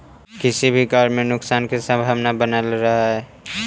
किसी भी कार्य में नुकसान की संभावना हमेशा बनल रहअ हई